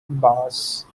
bass